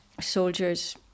soldiers